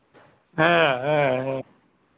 ᱦᱮᱸ ᱦᱮᱸ